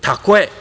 Tako je.